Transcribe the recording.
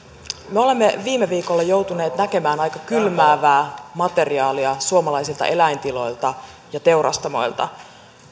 me olemme viime viikolla joutuneet näkemään aika kylmäävää materiaalia suomalaisilta eläintiloilta ja teurastamoilta